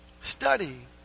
Study